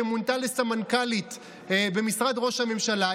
שמונתה לסמנכ"לית במשרד ראש הממשלה,